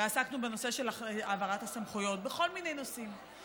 ועסקנו בנושא של העברת הסמכויות בכל מני נושאים,